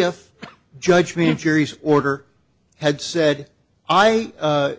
if judge me and juries order had said i